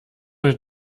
mit